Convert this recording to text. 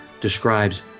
describes